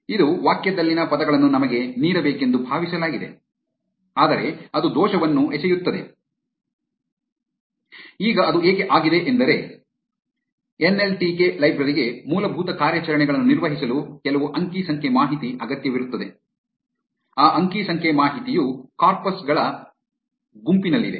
ಇದು ವಾಕ್ಯದಲ್ಲಿನ ಪದಗಳನ್ನು ನಮಗೆ ನೀಡಬೇಕೆಂದು ಭಾವಿಸಲಾಗಿದೆ ಆದರೆ ಅದು ದೋಷವನ್ನು ಎಸೆಯುತ್ತದೆ ಈಗ ಅದು ಏಕೆ ಆಗಿದೆ ಏಕೆಂದರೆ ಎನ್ ಎಲ್ ಟಿ ಕೆ ಲೈಬ್ರರಿಗೆ ಮೂಲಭೂತ ಕಾರ್ಯಾಚರಣೆಗಳನ್ನು ನಿರ್ವಹಿಸಲು ಕೆಲವು ಅಂಕಿ ಸಂಖ್ಯೆ ಮಾಹಿತಿ ಅಗತ್ಯವಿರುತ್ತದೆ ಆ ಅಂಕಿ ಸಂಖ್ಯೆ ಮಾಹಿತಿಯು ಕಾರ್ಪಸ್ಗಳ 9 corpuses ಗುಂಪಿನಲ್ಲಿದೆ